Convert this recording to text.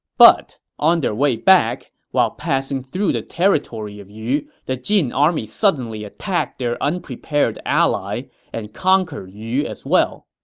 but on their way back, while passing through the territory of yu, the jin army suddenly attacked their unprepared ally and conquered yu as well.